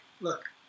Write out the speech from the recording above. look